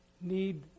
need